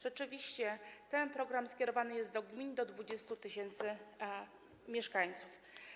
Rzeczywiście ten program skierowany jest do gmin do 20 tys. mieszkańców.